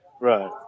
Right